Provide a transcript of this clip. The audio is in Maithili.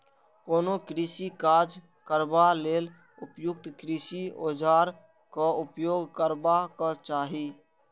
कोनो कृषि काज करबा लेल उपयुक्त कृषि औजारक उपयोग करबाक चाही